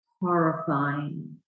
horrifying